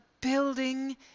building